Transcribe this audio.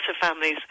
families